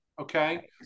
okay